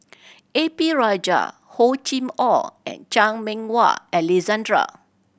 A P Rajah Hor Chim Or and Chan Meng Wah Alexander